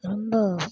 ரொம்ப